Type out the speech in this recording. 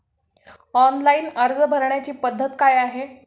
Online अर्ज भरण्याची पद्धत काय आहे?